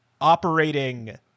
Operating